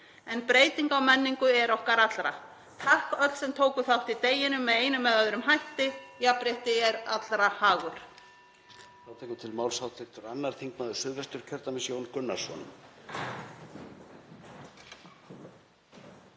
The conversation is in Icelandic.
en breyting á menningu er okkar allra. Takk öll sem tókuð þátt í deginum með einum eða öðrum hætti. Jafnrétti er allra hagur.